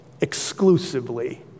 exclusively